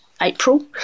April